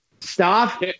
Stop